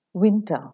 Winter